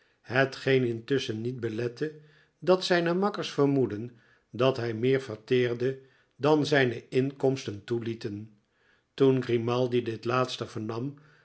hetgeen intusschen niet belette dat zijne makkers vermoedden dat hi meer verteerde dan zijne inkomsten toelieten toen grimaldi dit laatste vernam